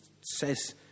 says